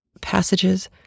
passages